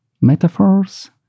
metaphors